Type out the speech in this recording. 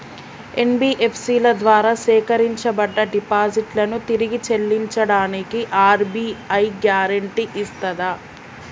NBFC ల ద్వారా సేకరించబడ్డ డిపాజిట్లను తిరిగి చెల్లించడానికి ఆర్.బి.ఐ గ్యారెంటీ ఇస్తదా?